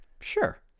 sure